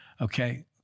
Okay